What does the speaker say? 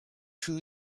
two